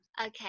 Okay